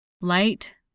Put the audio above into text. light